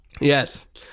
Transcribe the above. Yes